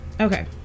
Okay